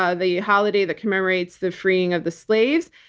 ah the holiday that commemorates the freeing of the slaves,